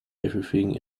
everything